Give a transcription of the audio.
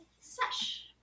Sesh